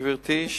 גברתי,